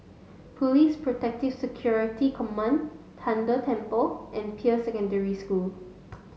Police Protective Security Command Tian De Temple and Peirce Secondary School